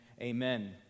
amen